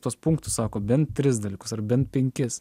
tuos punktus sako bent tris dalykus ar bent penkis